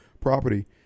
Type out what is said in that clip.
property